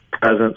presence